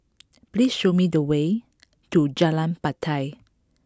please show me the way to Jalan Batai